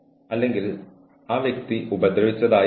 അല്ലെങ്കിൽ അത് അത്ര വലിയ കാര്യമാണോ